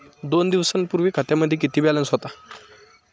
दोन दिवसांपूर्वी खात्यामध्ये किती बॅलन्स होता?